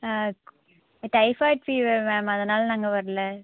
ஆ typhoid fever ma'am அதனால் நாங்கள் வரல